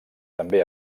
també